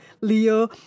Leo